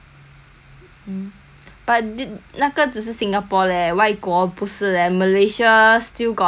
but th~ 那个只是 singapore leh 外国不是 leh malaysia still got a lot of cases leh